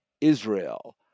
Israel